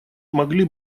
могли